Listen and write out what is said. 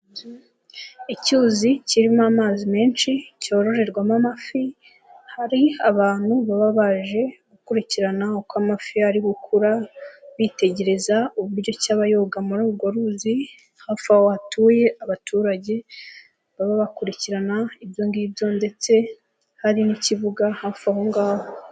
Icyuzi kirimo amazi menshi ,cyororerwamo amafi, hari abantu baba baje gukurikirana uko amafi ari gukura, bitegereza uburyoki aba yoga muri urwo ruzi, hafi aho hatuye abaturage, baba bakurikirana ibyo ngibyo ndetse hari n'ikibuga hafi aho ngaho.